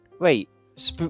wait